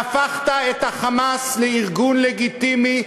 והפכת את ה"חמאס" לארגון לגיטימי,